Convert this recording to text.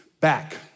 back